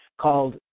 called